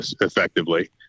effectively